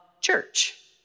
church